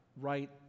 right